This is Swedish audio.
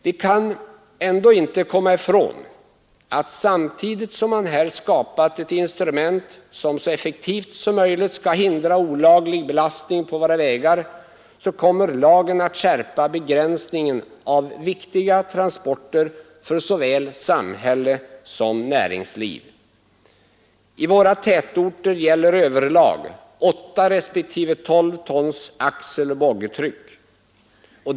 Vi kan ändå inte komma ifrån att samtidigt som man här har skapat ett instrument som så effektivt som möjligt skall hindra olaglig belastning på våra vägar kommer lagen att skärpa begränsningen av viktiga transporter för såväl samhälle som näringsliv. I våra tätorter gäller över lag 8 respektive 12 tons axel/boggitryck.